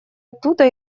оттуда